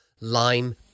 Lime